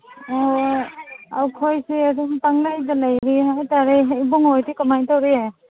ꯑꯣ ꯑꯩꯈꯣꯏꯁꯦ ꯑꯗꯨꯝ ꯄꯪꯂꯩꯗ ꯂꯩꯔꯤ ꯍꯥꯏ ꯇꯥꯔꯦ ꯏꯕꯨꯡꯉꯣ ꯍꯣꯏꯗꯤ ꯀꯃꯥꯏ ꯇꯧꯔꯤ